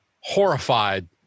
horrified